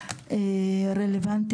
מבינים מה הבעיות,